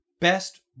Best